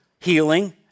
healing